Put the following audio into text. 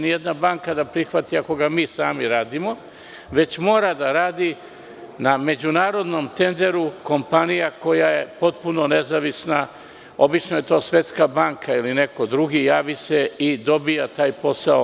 ni jedna banka da prihvati ako ga mi sami radimo, već mora da radi kompanija koja je potpuno nezavisna, obično je to Svetska banka ili neko drugi, javi se na međunarodnom tenderu i dobija taj posao.